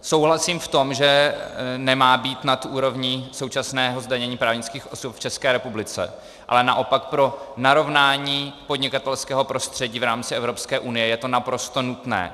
Souhlasím v tom, že nemá být nad úrovní současného zdanění právnických osob v České republice, ale naopak pro narovnání podnikatelského prostředí v rámci EU je to naprosto nutné.